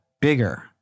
bigger